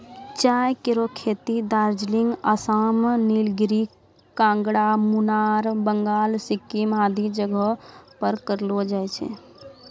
चाय केरो खेती दार्जिलिंग, आसाम, नीलगिरी, कांगड़ा, मुनार, बंगाल, सिक्किम आदि जगह पर करलो जाय छै